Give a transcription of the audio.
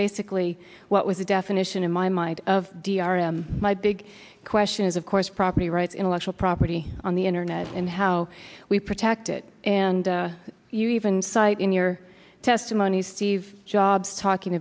basically what was a definition in my mind of d r and my big question is of course property rights intellectual property on the internet and how we protect it and you even cite in your testimony steve jobs talking